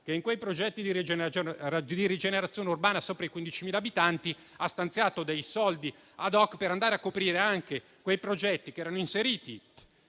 che in quei progetti di rigenerazione urbana sopra i 15.000 abitanti ha stanziato risorse *ad hoc* per andare a coprire anche quei progetti che erano inseriti